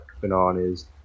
bananas